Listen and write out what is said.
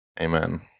Amen